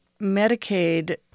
Medicaid